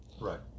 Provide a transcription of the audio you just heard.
right